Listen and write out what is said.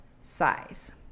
size